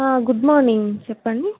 good morning చెప్పండి